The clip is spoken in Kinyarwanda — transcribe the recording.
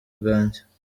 bwanjye